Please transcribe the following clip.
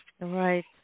Right